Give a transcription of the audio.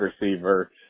receiver